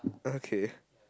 okay